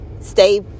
stay